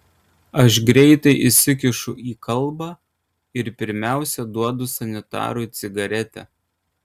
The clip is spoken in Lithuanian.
aš greitai įsikišu į kalbą ir pirmiausia duodu sanitarui cigaretę